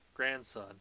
grandson